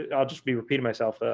ah i'll just be repeating myself,